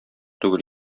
түгел